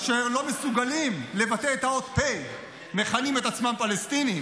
אשר לא מסוגלים לבטא את האות פ"א מכנים את עצמם פלסטינים,